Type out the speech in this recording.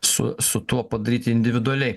su su tuo padaryti individualiai